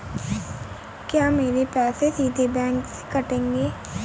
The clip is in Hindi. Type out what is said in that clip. क्या मेरे पैसे सीधे बैंक से कटेंगे?